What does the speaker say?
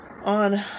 on